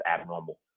abnormal